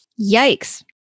Yikes